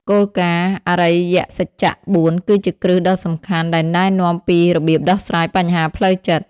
គោលការណ៍ អរិយសច្ច ៤ គឺជាគ្រឹះដ៏សំខាន់ដែលណែនាំពីរបៀបដោះស្រាយបញ្ហាផ្លូវចិត្ត។